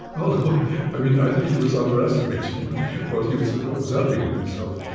well i mean i think he was underestimating what what he was observing in himself.